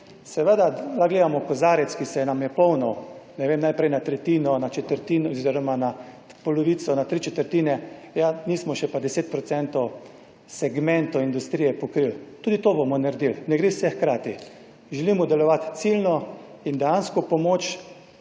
Seveda lahko gledamo kozarec, ki se nam je polnil, ne vem, najprej na tretjino, na četrtino oziroma na polovico, na tri četrtine. Ja, nismo še pa deset procentov segmentov industrije pokrili, tudi to bomo naredili, ne gre vse hkrati. Želimo delovati ciljno in dejansko pomoč